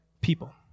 people